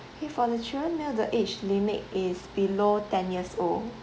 okay for the children meal the age limit is below ten years old